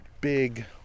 big